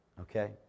okay